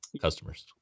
customers